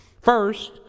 first